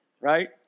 Right